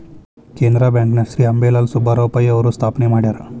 Canara bank ನ ಶ್ರೇ ಅಂಬೇಲಾಲ್ ಸುಬ್ಬರಾವ್ ಪೈ ಅವರು ಸ್ಥಾಪನೆ ಮಾಡ್ಯಾರ